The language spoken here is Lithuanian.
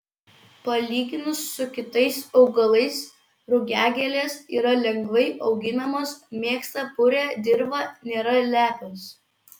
palyginus su kitais augalais rugiagėlės yra lengvai auginamos mėgsta purią dirvą nėra lepios